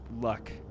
luck